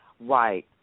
Right